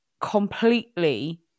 completely